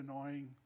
annoying